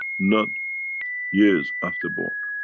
not years after born.